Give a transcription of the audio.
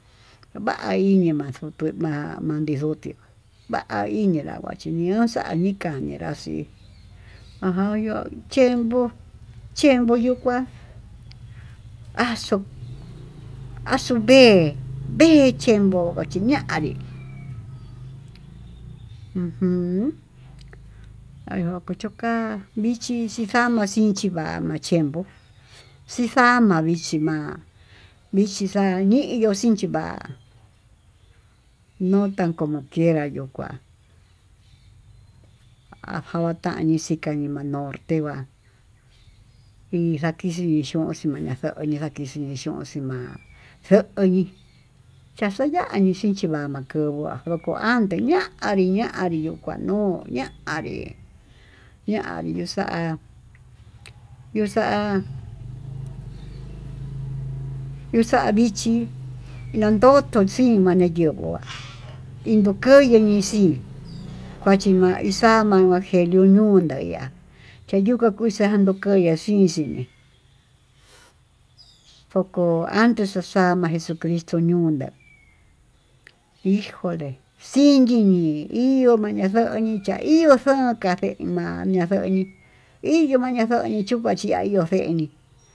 Kuavaini maxutu ma'a ma'a nindutió, ma'a ininrava niyuu xa'a nika ñaxii aján yo'o chenbo'o chepo yuu kuá axuu axuu ve'e ve'é cehnvoché, ñanrí akonró choka'a ndichí chikanma'a vichí va'a machenguó xixama'a vichí ma'a michí xanillo chínchí va'á, no tan como quiera yo kuá anjotanixi kani ma'a norte va'á inxa kixhi ni xonxhí xamaxa ixakixhí nixho'on xhii ma'á, xo'oñi naxayani xinchiya makovo'o hua já huanté ñanri ñanrí nuu kuá nuu ñanrí ñanrí ñuu xa'a ñuu xa'a yuu xa'a ndichí nado'o nuu xii nata yenguó nito'o tuu xín kuachi ma'a ixama kuacheluu luña'a cha ihá xiyuka kuxuá nukaxa xinxi foco amba xaxa ma'a jesucritó nuu ña'a ijole xinyiñii, iyo'o mayadomí cha'á ihó xoo kaxema'a ñaxoñi iyoma'a ñaxoñi ña'a chiayó xemii.